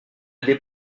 des